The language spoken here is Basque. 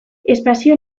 espazio